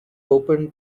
open